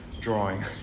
drawing